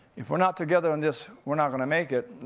if we're not together on this, we're not gonna make it.